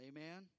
Amen